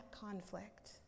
conflict